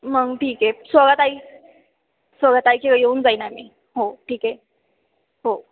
मग ठीक आहे सोळा तारीख सोळा तारखेला येऊन जाईन आम्ही हो ठीक आहे हो